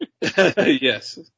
Yes